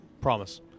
Promise